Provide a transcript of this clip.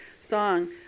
song